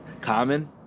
Common